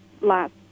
last